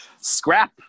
scrap